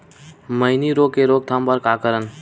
मैनी रोग के रोक थाम बर का करन?